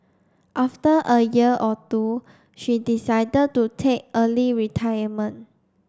after a year or two she decided to take early retirement